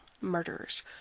murderers